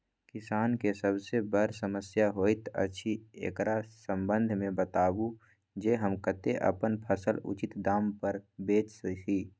किसान के सबसे बर समस्या होयत अछि, एकरा संबंध मे बताबू जे हम कत्ते अपन फसल उचित दाम पर बेच सी?